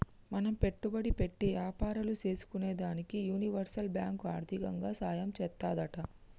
మనం పెట్టుబడి పెట్టి యాపారాలు సేసుకునేదానికి యూనివర్సల్ బాంకు ఆర్దికంగా సాయం చేత్తాదంట